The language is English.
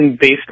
based